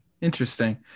interesting